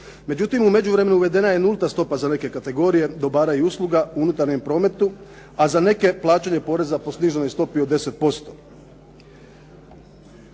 Međutim, u međuvremenu uvedena je nulta stopa za neke kategorije dobara i usluga u unutarnjem prometu, a za neke plaćanje poreza po sniženoj stopi od 10%.